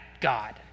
God